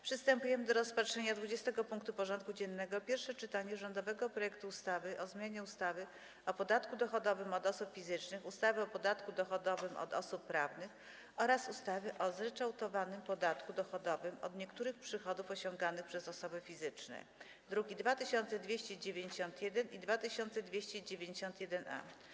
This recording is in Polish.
Przystępujemy do rozpatrzenia punktu 20. porządku dziennego: Pierwsze czytanie rządowego projektu ustawy o zmianie ustawy o podatku dochodowym od osób fizycznych, ustawy o podatku dochodowym od osób prawnych oraz ustawy o zryczałtowanym podatku dochodowym od niektórych przychodów osiąganych przez osoby fizyczne (druki nr 2291 i 2291-A)